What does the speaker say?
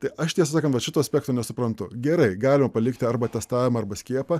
tai aš tiesą sakant vat šito aspekto nesuprantu gerai galima palikti arba testavimą arba skiepą